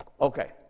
okay